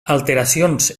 alteracions